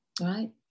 right